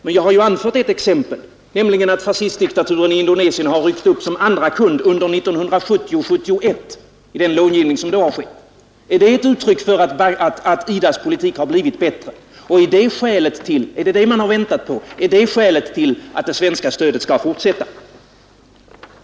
Men jag har ju anfört ett exempel, nämligen att fascistdiktaturen i Indonesien ryckt upp som andra kund i den utlåning som skett under 1970/71. Är det ett uttryck för att IDA:s politik har blivit bättre och är det skälet till att det svenska stödet skall fortsätta?